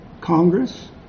Congress